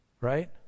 right